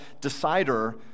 decider